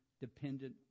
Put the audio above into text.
dependent